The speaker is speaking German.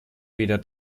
weder